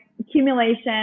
accumulation